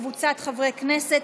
וקבוצת חברי הכנסת.